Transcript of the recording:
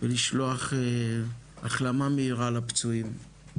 ולשלוח החלמה מהירה לפצועים.